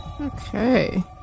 Okay